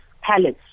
palace